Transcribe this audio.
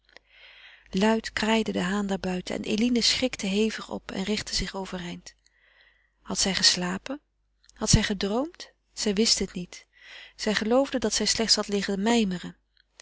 luid kraaide de haan daarbuiten en eline schrikte hevig op en richtte zich overeind had zij geslapen had zij gedroomd zij wist het niet zij geloofde dat zij slechts had liggen